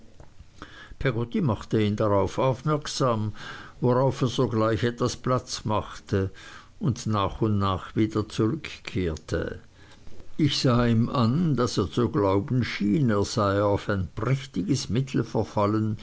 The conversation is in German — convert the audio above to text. peggotty machte ihn darauf aufmerksam worauf er sogleich etwas platz machte und nach und nach wieder zurückrückte ich sah ihm an daß er zu glauben schien er sei auf ein prächtiges